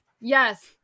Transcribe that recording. Yes